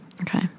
Okay